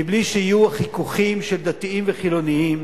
מבלי שיהיו חיכוכים של דתיים וחילונים,